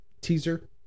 teaser